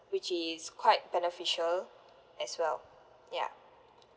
which is quite beneficial as well ya